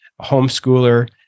homeschooler